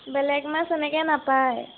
বেলেগ মাছ এনেকৈ নেপায়